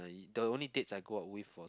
the only dates I go out with was